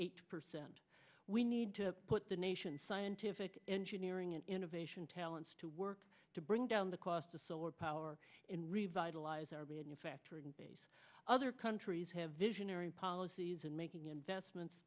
eight percent we need to put the nation scientific engineering and innovation talents to work to bring down the cost of solar power in revitalize our when you factor in bass other countries have visionary policies and making investments